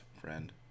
friend